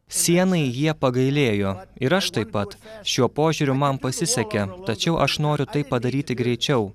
sienai jie pagailėjo ir aš taip pat šiuo požiūriu man pasisekė tačiau aš noriu tai padaryti greičiau